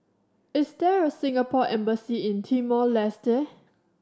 is there a Singapore Embassy in Timor Leste